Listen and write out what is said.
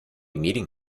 meeting